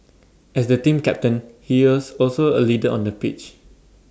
as the team captain he is also A leader on the pitch